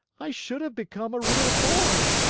i should have become a real boy,